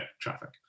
traffic